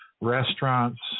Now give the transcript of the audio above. restaurants